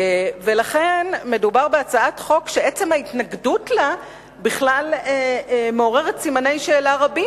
ולכן מדובר בהצעת חוק שעצם ההתנגדות לה בכלל מעוררת סימני שאלה רבים.